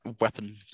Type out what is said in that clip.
weapon